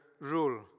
rule